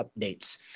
updates